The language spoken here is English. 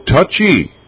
touchy